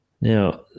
now